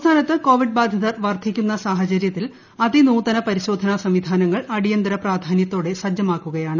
സംസ്ഥാനത്ത് കോവിഡ് ബാധിതർ വർദ്ധിക്കുന്ന സാഹചര്യത്തിൽ അതിനൂതന പരിശോധന സംവിധാനങ്ങൾ അടിയന്തര പ്രാധാന്യത്തോടെ സജ്ജമാക്കുകയാണ്